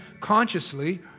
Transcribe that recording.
consciously